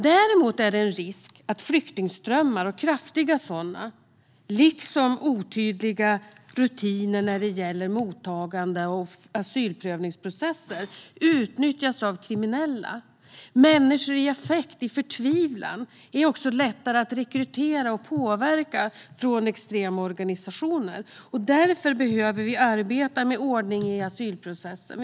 Däremot är det en risk att flyktingströmmar och kraftiga sådana liksom otydliga rutiner när det gäller mottagande och asylprövningsprocesser utnyttjas av kriminella. Människor i affekt och förtvivlan är också lättare för extrema organisationer att rekrytera och påverka. Därför behöver vi arbeta med ordningen i asylprocessen.